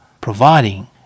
providing